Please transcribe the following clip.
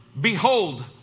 Behold